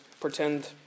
pretend